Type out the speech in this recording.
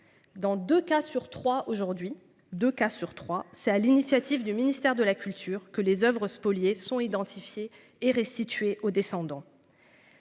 Dans 2 cas sur 3, aujourd'hui 2 cas sur 3, c'est à l'initiative du ministère de la culture que les Oeuvres spoliées sont identifiés et restitués aux descendants.